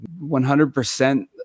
100%